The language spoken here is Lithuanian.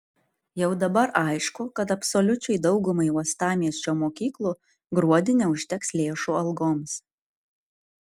jau dabar aišku kad absoliučiai daugumai uostamiesčio mokyklų gruodį neužteks lėšų algoms